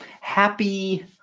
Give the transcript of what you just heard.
Happy